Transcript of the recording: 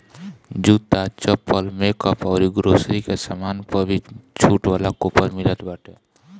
जूता, चप्पल, मेकअप अउरी ग्रोसरी के सामान पअ भी छुट वाला कूपन मिलत बाटे